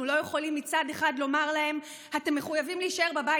אנחנו לא יכולים מצד אחד לומר להם: אתם מחויבים להישאר בבית,